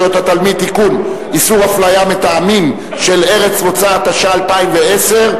(תיקון, איסור אפליה מטעמי ארץ מוצא), התש"ע 2010,